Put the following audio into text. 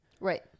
right